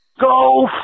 go